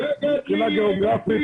בבקשה.